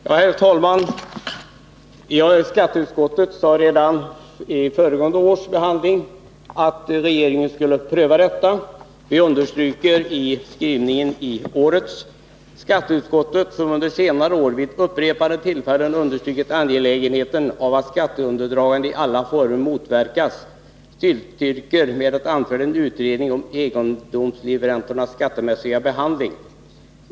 Herr talman! Skatteutskottet sade redan vid föregående års behandling av motioner av liknande innebörd som motion 224 att regeringen skulle pröva frågan om egendomslivräntorna. Och vi poängterar i skrivningen i årets betänkande följande: ”Skatteutskottet, som under senare år vid upprepade tillfällen understrukit angelägenheten av att skatteundandragande i alla former motverkas, tillstyrker med det anförda en utredning om egendomslivräntornas skattemässiga behandling.